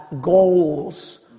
goals